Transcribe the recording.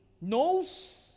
knows